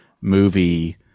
movie